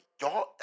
y'all